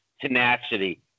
tenacity